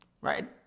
right